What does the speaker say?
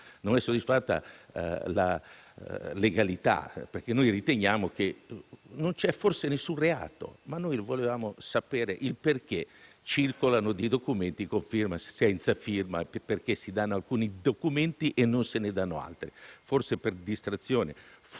non è soddisfatta la legalità, perché riteniamo che forse non c’è alcun reato, ma volevamo sapere perché circolano alcuni documenti con firma e altri senza firma, perché si danno alcuni documenti e non se ne danno altri. Forse per distrazione,